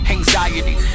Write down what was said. Anxiety